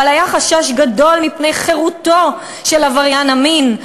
שהיה חשש גדול מפני חירותו של עבריין המין,